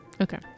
Okay